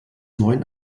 neuen